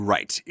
Right